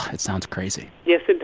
it sounds crazy yes, it